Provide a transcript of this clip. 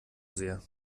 sehr